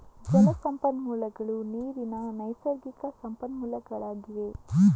ಜಲ ಸಂಪನ್ಮೂಲಗಳು ನೀರಿನ ನೈಸರ್ಗಿಕ ಸಂಪನ್ಮೂಲಗಳಾಗಿವೆ